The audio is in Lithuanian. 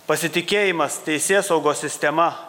pasitikėjimas teisėsaugos sistema